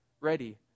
ready